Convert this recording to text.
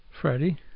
Freddie